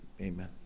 Amen